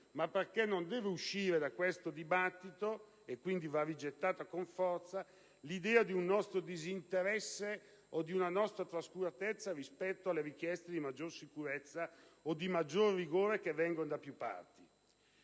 perché non deve derivare da questo dibattito l'idea, che va rigettata con forza, di un nostro disinteresse o di una nostra trascuratezza rispetto alle richieste di maggior sicurezza o di maggior rigore che vengono da più parti.